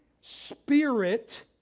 spirit